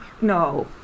no